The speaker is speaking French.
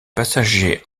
passagers